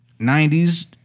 90s